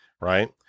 Right